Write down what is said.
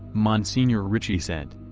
msgr. ritchie said.